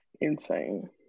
insane